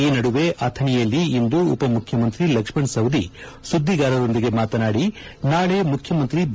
ಈ ನಡುವೆ ಅಥಣಿಯಲ್ಲಿ ಇಂದು ಉಪಮುಖ್ಯಮಂತ್ರಿ ಲಕ್ಷ್ಮಣ್ ಸವದಿ ಸುದ್ದಿಗಾರೊಂದಿಗೆ ಮಾತನಾದಿ ನಾಳೆ ಮುಖ್ಯಮಂತ್ರಿ ಬಿ